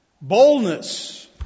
Boldness